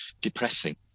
depressing